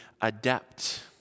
adept